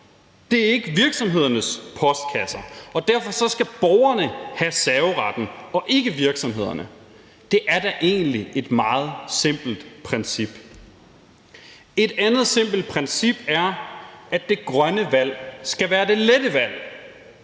Det er ikke virksomhedernes postkasser, og derfor skal borgerne have serveretten og ikke virksomhederne. Det er da egentlig et meget simpelt princip. Et andet simpelt princip er, at det grønne valg skal være det lette valg.